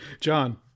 John